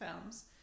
films